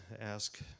ask